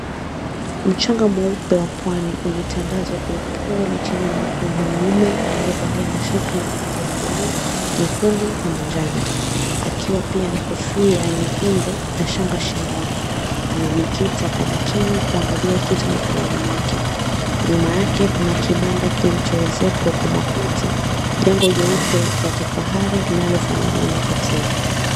Mchanga mweupe wa pwani umetandazwa kwa upole chini ya mguu wanaume aliyevalia mashuka yenye rangi ya blue , nyekundu na manjano, akiwa pia na kofia nyekundu na shanga shingoni. Amejikita kwa umakini kuangalia kitu mkononi mwake. Nyuma yake kuna kibanda kilichoezekwa kwa makuti, jengo jeupe la kifahari linalofanana na hoteli.